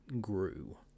Grew